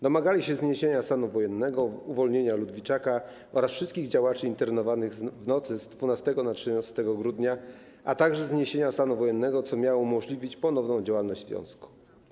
Domagali się zniesienia stanu wojennego, uwolnienia Ludwiczaka oraz wszystkich działaczy internowanych w nocy z 12 na 13 grudnia, a także zniesienia stanu wojennego, co miało umożliwić ponowną działalność związku.